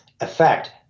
effect